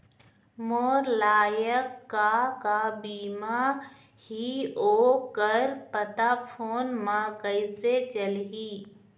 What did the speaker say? मोर लायक का का बीमा ही ओ कर पता फ़ोन म कइसे चलही?